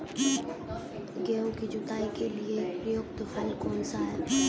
गेहूँ की जुताई के लिए प्रयुक्त हल कौनसा है?